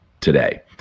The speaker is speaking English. today